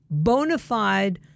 Bonafide